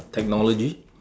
technology